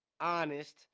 honest